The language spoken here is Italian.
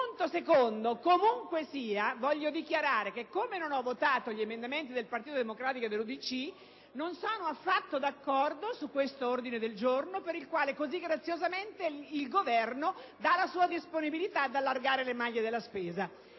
valutazione. Inoltre, voglio dichiarare che, come non ho votato gli emendamenti presentati dal Partito Democratico e dall’UDC, cosı non sono affatto d’accordo su quest’ordine del giorno, per il quale cosıgraziosamente il Governo da la sua disponibilitaad allargare le maglie della spesa,